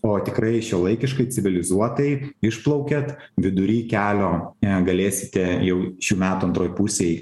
o tikrai šiuolaikiškai civilizuotai išplaukiat vidury kelio e galėsite jau šių metų antroj pusėj